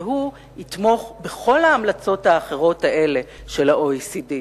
והוא יתמוך בכל ההמלצות האלה של ה-OECD.